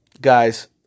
guys